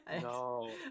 No